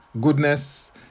goodness